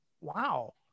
wow